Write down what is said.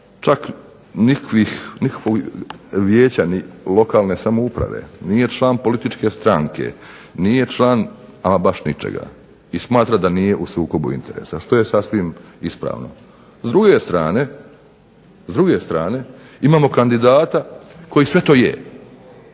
čak nikakvog vijeća, ni lokalne samouprave, nije član političke stranke, nije član ama baš ničega, i smatra da nije u sukobu interesa, što je sasvim ispravno. S druge strane, imamo kandidata koji sve to je,